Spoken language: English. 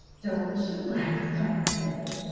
don't you like tail?